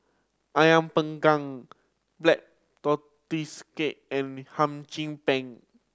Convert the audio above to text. Ayam Panggang Black Tortoise Cake and Hum Chim Peng